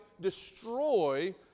destroy